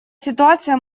ситуация